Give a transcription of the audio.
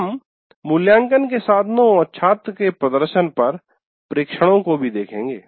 हम मूल्यांकन के साधनों और छात्र के प्रदर्शन पर प्रेक्षणों को भी देखेंगे